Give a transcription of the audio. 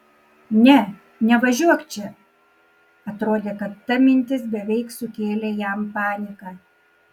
ne nevažiuok čia atrodė kad ta mintis beveik sukėlė jam paniką